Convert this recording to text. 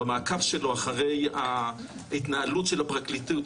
במעקב שלו אחרי ההתנהלות של הפרקליטות,